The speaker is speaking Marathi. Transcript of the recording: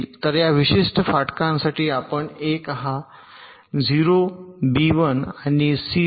तर या विशिष्ट फाटकासाठी आपण एक आहे 0 बी 1 आणि सी 0